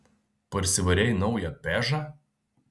parsivarei naują pežą